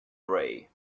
ray